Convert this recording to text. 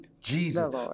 Jesus